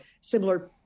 similar